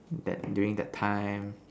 that during that time